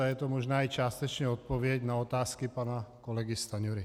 A je to možná i částečně odpověď na otázky pana kolegy Stanjury.